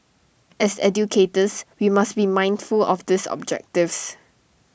as educators we must be mindful of these objectives